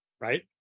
Right